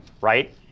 right